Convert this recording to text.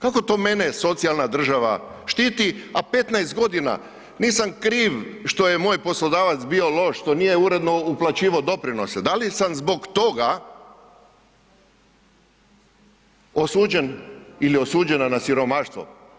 Kako to mene socijalna država štiti, a 15.g., nisam kriv što je moj poslodavac bio loš, što nije uredno uplaćivao doprinose, da li sam zbog toga osuđen ili osuđena na siromaštvo?